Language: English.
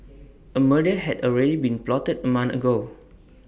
A murder had already been plotted A month ago